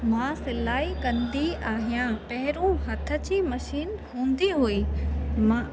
मां सिलाई कंदी आहियां पहिरों हथ जी मशीन हूंदी हुई मां